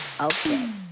okay